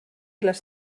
les